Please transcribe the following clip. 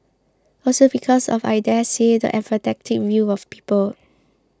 also because of I daresay the apathetic view of people